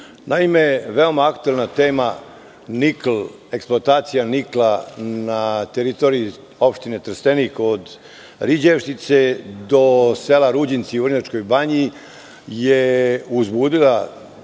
veoma aktuelna tama eksploatacija nikla na teritoriji Opštine Trstenik kod Riđevštice do sela Ruđinci u Vrnjačkoj banji je uzbudila